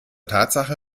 tatsache